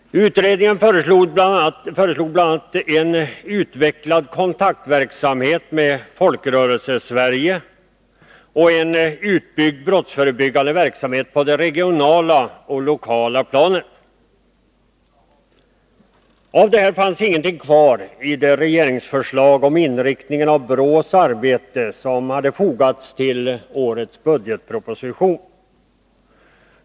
Utredningen föreslog bl.a. en utveckling av kontakterna med Folkrörelsesverige och en utbyggd brottsförebyggande verksamhet på regional och lokal nivå. Av detta fanns ingenting kvar i det regeringsförslag om inriktningen av BRÅ:s arbete som fogats till årets budgetproposition.